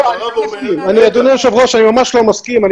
אדוני היושב-ראש, אני ממש לא מסכים.